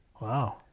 Wow